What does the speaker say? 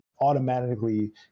automatically